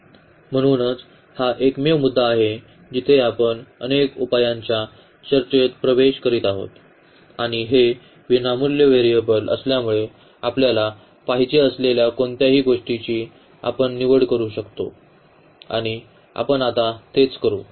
म्हणूनच हा एकमेव मुद्दा आहे जिथे आपण अनेक उपायांच्या चर्चेत प्रवेश करीत आहोत आणि हे विनामूल्य व्हेरिएबल असल्यामुळे आपल्याला पाहिजे असलेल्या कोणत्याही गोष्टीची आपण निवड करू शकतो आणि आपण आता तेच करू